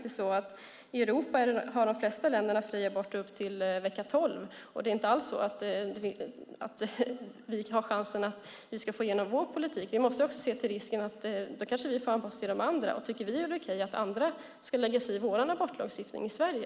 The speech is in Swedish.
I Europa har de flesta länder fri abort upp till vecka 12, och vi har kanske inte alls chans att få igenom vår politik. Vi måste se till risken att vi får anpassa oss till de andra. Tycker vi att det är okej att andra ska lägga sig i vår abortlagstiftning i Sverige?